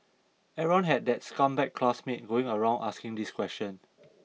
everyone had that scumbag classmate going around asking this question